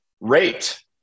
rate